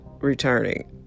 returning